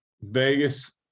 Vegas